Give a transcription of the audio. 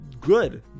good